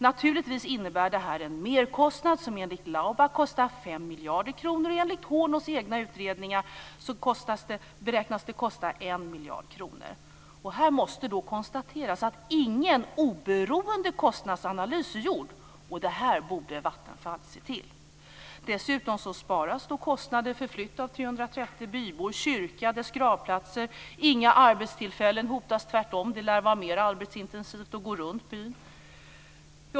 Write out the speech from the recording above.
Naturligtvis skulle det innebära en merkostnad. Enligt Laubag skulle det kosta 5 miljarder kronor och enligt hornobornas egna beräkningar skulle det kosta 1 miljard kronor. Här måste konstateras att ingen oberoende kostnadsanalys är gjord. Vattenfall borde se till att det görs en sådan. Dessutom sparas kostnader för flytt av de 330 byborna, kyrkan och dess gravplatser. Inga arbetstillfällen hotas. Tvärtom lär det vara mer arbetsintensivt att gå runt byn.